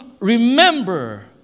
remember